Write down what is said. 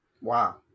Wow